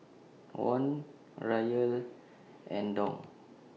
Won Riyal and Dong